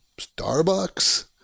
Starbucks